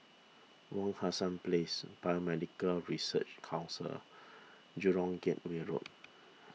Wak Hassan Place Biomedical Research Council Jurong Gateway Road